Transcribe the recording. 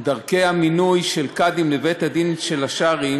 המינוי של קאדי לבית-הדין השרעי